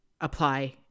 apply